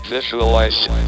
Visualize